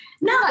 no